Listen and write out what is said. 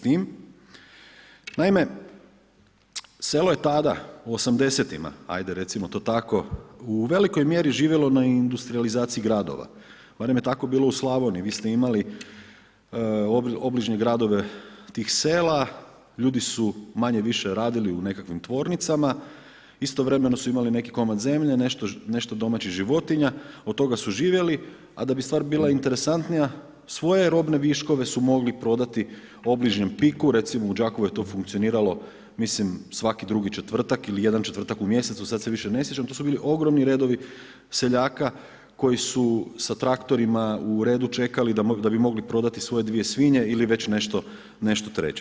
Naime selo je tada u '80. ajmo recimo to tako u velikoj mjeri živjelo na industrijalizaciji gradova, barem je tako bilo u Slavoniji, vi ste imali obližnje gradove tih sela, ljudi su manje-više radili u nekakvim tvornicama, istovremeno su imali neki komad zemlje, nešto domaćih životinja, od toga su živjeli, a da bi stvar bila interesantnija svoje robne viškove su mogli prodati obližnjem Piku, recimo u Đakovu je to funkcioniralo mislim svaki drugi četvrtak ili jedan četvrtak u mjesecu, sad se više ne sjećam, to su bili ogromni redovi seljaka koji su sa traktorima u redu čekali da bi mogli prodati svoje dvije svinje ili već nešto treće.